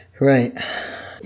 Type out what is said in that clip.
Right